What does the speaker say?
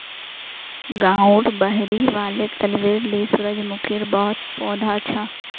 गांउर बहिरी वाले तलबेर ली सूरजमुखीर बहुत पौधा छ